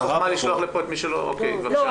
מי החכמה לשלוח לכאן את מי שלא יכול לענות?